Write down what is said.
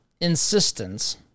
insistence